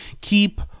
Keep